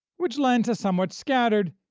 which lends a somewhat scattered,